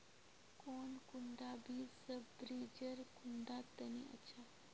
कौन कुंडा बीस सब्जिर कुंडा तने अच्छा?